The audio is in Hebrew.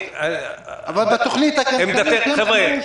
אבל בתוכנית הכלכלית --- חבר'ה,